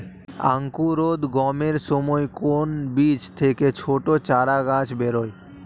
অঙ্কুরোদ্গমের সময় কোন বীজ থেকে ছোট চারাগাছ বেরোয়